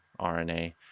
RNA